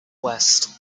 west